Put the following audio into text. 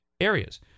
areas